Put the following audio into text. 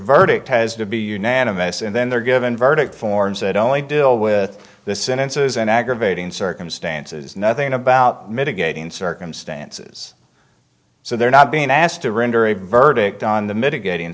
verdict has to be unanimous and then they're given verdict forms that only deal with the sentences an aggravating circumstances nothing about mitigating circumstances so they're not being asked to render a verdict on the mitigating